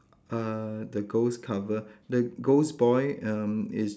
uh the ghost cover the ghost boy um is